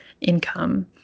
income